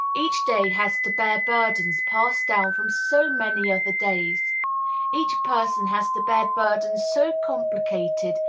each day has to bear burdens passed down from so many other days each person has to bear burdens so complicated,